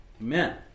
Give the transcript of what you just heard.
Amen